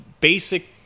basic